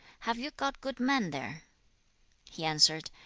have you got good men there he answered,